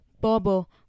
Bobo